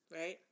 Right